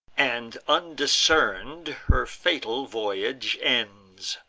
and, undiscern'd, her fatal voyage ends.